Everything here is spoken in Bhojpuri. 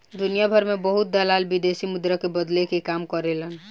दुनियाभर में बहुत दलाल विदेशी मुद्रा के बदले के काम करेलन